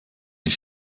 ich